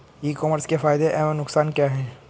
ई commerce के फायदे एवं नुकसान क्या हैं?